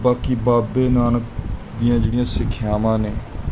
ਬਾਕੀ ਬਾਬੇ ਨਾਨਕ ਦੀਆਂ ਜਿਹੜੀਆਂ ਸਿੱਖਿਆਵਾਂ ਨੇ